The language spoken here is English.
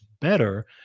better